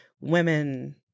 women